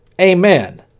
Amen